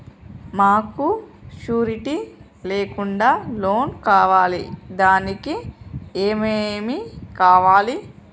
మాకు షూరిటీ లేకుండా లోన్ కావాలి దానికి ఏమేమి కావాలి?